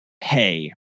hey